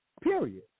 Period